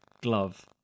glove